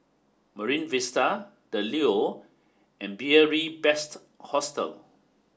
Marine Vista the Leo and Beary Best Hostel